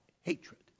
hatred